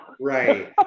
Right